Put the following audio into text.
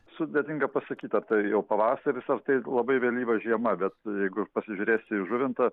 sudėtinga pasakyt ar tai jau pavasaris ar tai labai vėlyva žiema bet jeigu pasižiūrėsi į žuvintą